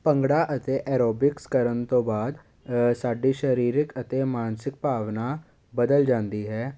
ਭੰਗੜਾ ਅਤੇ ਐਰੋਬਿਕਸ ਕਰਨ ਤੋਂ ਬਾਅਦ ਸਾਡੀ ਸਰੀਰਿਕ ਅਤੇ ਮਾਨਸਿਕ ਭਾਵਨਾ ਬਦਲ ਜਾਂਦੀ ਹੈ